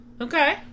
Okay